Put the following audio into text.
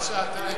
קח שעתיים.